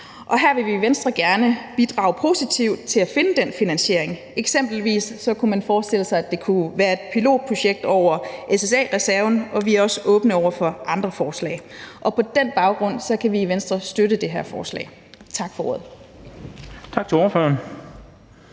Her vil vi i Venstre gerne bidrage positivt til at finde den finansiering, og eksempelvis kunne man forestille sig, at det kunne være et pilotprojekt over SSA-reserven, men vi er også åbne over for andre forslag. På den baggrund kan vi i Venstre støtte det her forslag. Tak for ordet. Kl. 10:19 Den